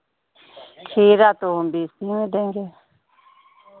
खीरा तो हम बीस में देंगे